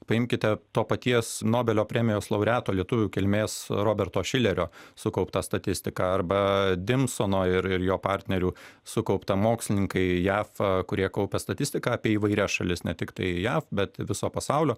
paimkite to paties nobelio premijos laureato lietuvių kilmės roberto šilerio sukauptą statistiką arba dimsono ir ir jo partnerių sukauptą mokslininkai jav kurie kaupia statistiką apie įvairias šalis ne tiktai jav bet viso pasaulio